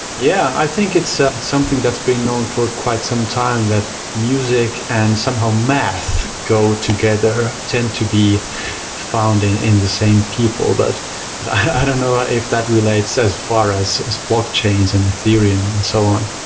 yeah, i think it's ah it's something that's been known for quite some time, that music and somehow math go together, tend to be found in in the same people. but but i don't know if that relates as far as as blockchains and ethereum and so on.